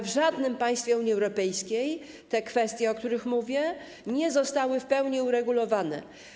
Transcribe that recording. W żadnym państwie Unii Europejskiej kwestie, o których mówię, nie zostały w pełni uregulowane.